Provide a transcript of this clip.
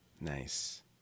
Nice